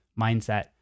mindset